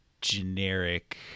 generic